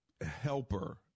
helper